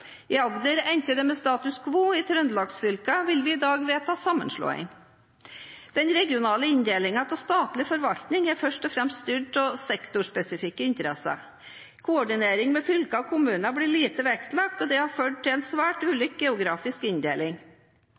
endte det med status quo, for Trøndelags-fylkene vil vi i dag vedta sammenslåing. Den regionale inndelingen av statlig forvaltning er først og fremst styrt av sektorspesifikke interesser. Koordinering med fylker og kommuner blir lite vektlagt, og det har ført til en svært ulik geografisk inndeling.